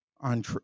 on